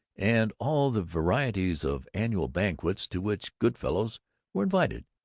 and all the varieties of annual banquets to which good fellows were invited,